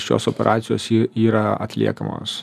šios operacijos yra atliekamos